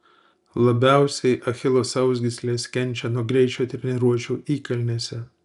labiausiai achilo sausgyslės kenčia nuo greičio treniruočių įkalnėse